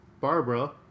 Barbara